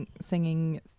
singing